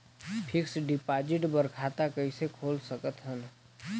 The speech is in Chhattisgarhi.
फिक्स्ड डिपॉजिट बर खाता कइसे खोल सकत हन?